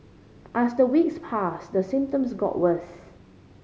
as the weeks passed the symptoms got worse